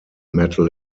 metal